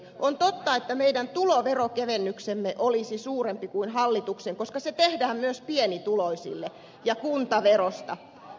on totta että meidän tuloveron kevennyksemme olisi suurempi kuin hallituksen koska se tehdään myös pienituloisille ja kuntaverosta